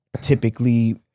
typically